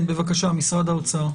בבקשה, משרד האוצר.